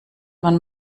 man